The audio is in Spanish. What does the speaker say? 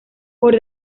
por